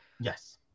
Yes